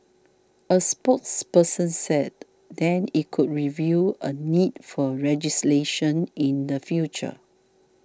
a spokesperson said then it could review a need for legislation in the future